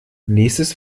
nächstes